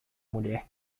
mulher